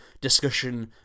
discussion